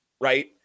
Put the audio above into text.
right